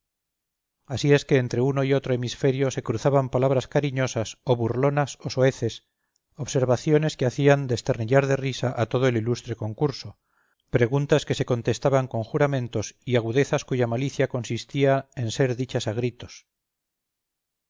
así es que entre uno y otro hemisferio se cruzaban palabras cariñosas o burlonas o soeces observaciones que hacían desternillar de risa a todo el ilustre concurso preguntas que se contestaban con juramentos y agudezas cuya malicia consistía en ser dichas a gritos